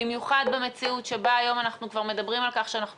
במיוחד במציאות שבה היום אנחנו כבר מדברים על כך שאנחנו